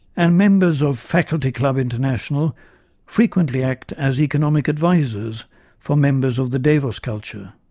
and members of faculty club international frequently act as economic advisers for members of the davos culture,